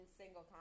single